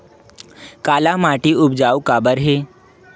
काला माटी उपजाऊ काबर हे?